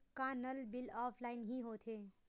का नल bill offline हि होथे?